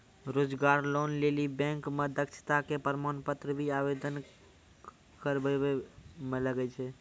रोजगार लोन लेली बैंक मे दक्षता के प्रमाण पत्र भी आवेदन करबाबै मे लागै छै?